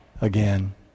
again